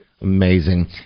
Amazing